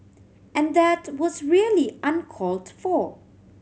and that was really uncalled for